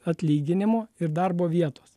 atlyginimo ir darbo vietos